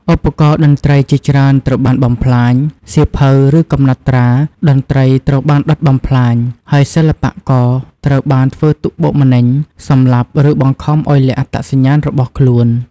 ឧបករណ៍តន្ត្រីជាច្រើនត្រូវបានបំផ្លាញ សៀវភៅ ឬកំណត់ត្រាតន្ត្រីត្រូវបានដុតបំផ្លាញ ហើយសិល្បករត្រូវបានធ្វើទុក្ខបុកម្នេញ សម្លាប់ ឬបង្ខំឱ្យលាក់អត្តសញ្ញាណរបស់ខ្លួន។